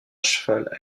cheval